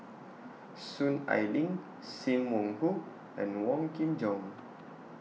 Soon Ai Ling SIM Wong Hoo and Wong Kin Jong